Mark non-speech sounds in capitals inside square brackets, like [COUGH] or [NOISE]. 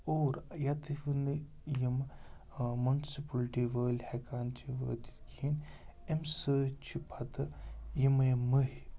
اور [UNINTELLIGIBLE] یِم مُنسِپٔلٹی وٲلۍ ہٮ۪کان چھِ وٲتِتھ کِہیٖنۍ اَمہِ سۭتۍ چھِ پَتہٕ یِمَے مٔہیہِ